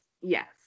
Yes